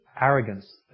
arrogance